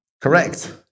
Correct